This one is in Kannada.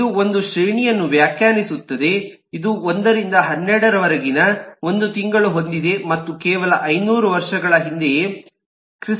ಇದು ಒಂದು ಶ್ರೇಣಿಯನ್ನು ವ್ಯಾಖ್ಯಾನಿಸುತ್ತಿದೆಇದು 1 ರಿಂದ 12 ರವರೆಗಿನ ಒಂದು ತಿಂಗಳು ಹೊಂದಿದೆ ಮತ್ತು ಕೇವಲ 500 ವರ್ಷಗಳ ಹಿಂದೆಯೇ ಕ್ರಿ